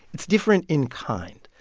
it's different in kind.